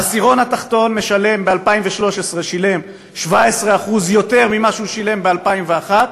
העשירון התחתון שילם ב-2013 17% יותר ממה שהוא שילם ב-2001,